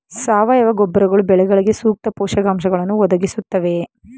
ಸಾವಯವ ಗೊಬ್ಬರಗಳು ಬೆಳೆಗಳಿಗೆ ಸೂಕ್ತ ಪೋಷಕಾಂಶಗಳನ್ನು ಒದಗಿಸುತ್ತವೆಯೇ?